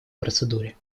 процедуре